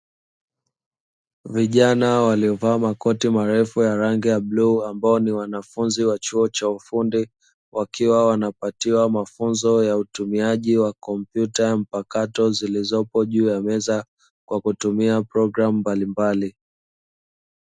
Vijana waliovaa makoti marefu ya rangi ya bluu, ambao ni wanafunzi wa chuo cha ufundi, wakiwa wanapatiwa mafunzo ya utumiaji wa kompyuta mpakato, zilizopo juu ya meza kwa kutumia programu mbalimbali.